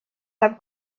have